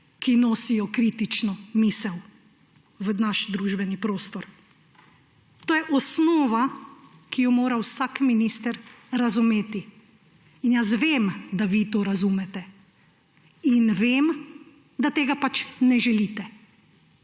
ki nosijo kritično misel v naš družbeni prostor. To je osnova, ki jo mora vsak minister razumeti. Jaz vem, da vi to razumete, in vem, da tega pač ne želite.